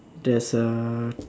there's a